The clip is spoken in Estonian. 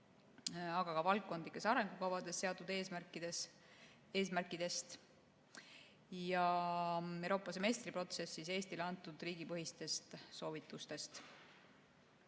aga ka valdkondlikes arengukavades seatud eesmärkidest ja Euroopa semestriprotsessis Eestile antud riigipõhistest soovitustest.